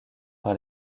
par